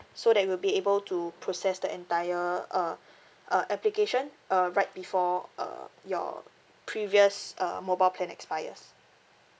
so that we'll be able to process the entire uh uh application uh right before uh your previous uh mobile plan expires